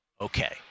Okay